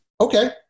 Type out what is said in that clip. okay